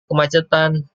kemacetan